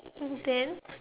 then